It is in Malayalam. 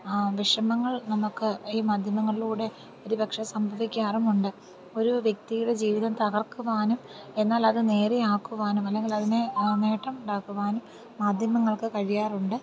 വിഷമങ്ങൾ നമുക്ക് ഈ മാധ്യമങ്ങളിലൂടെ ഒരുപക്ഷേ സംഭവിക്കാറുമുണ്ട് ഒരു വ്യക്തിയുടെ ജീവിതം തകർക്കുവാനും എന്നാലത് നേരെ ആക്കുവാനും അല്ലെങ്കിൽ അതിനെ നേട്ടം ഉണ്ടാക്കുവാനും മാധ്യമങ്ങൾക്ക് കഴിയാറുണ്ട്